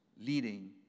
leading